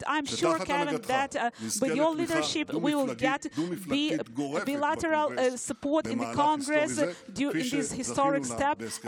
שתחת הנהגתך נזכה לתמיכה דו-מפלגתית גורפת בקונגרס במהלך היסטורי זה,